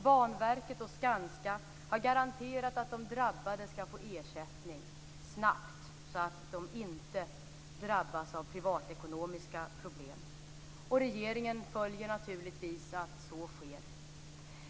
Banverket och Skanska har garanterat att de drabbade skall få ersättning snabbt så att de inte drabbas av privatekonomiska problem, och regeringen följer naturligtvis att så sker.